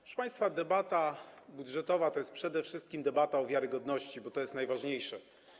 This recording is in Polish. Proszę państwa, debata budżetowa to jest przede wszystkim debata o wiarygodności, bo to jest najważniejsze.